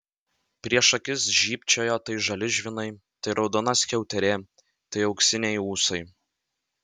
prieš akis žybčiojo tai žali žvynai tai raudona skiauterė tai auksiniai ūsai